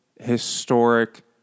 historic